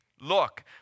Look